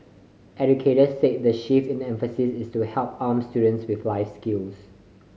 educators said the shift in emphasis is to help arm students with life skills